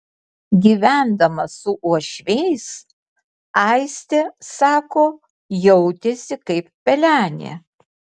gyvendama su uošviais aistė sako jautėsi kaip pelenė